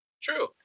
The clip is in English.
True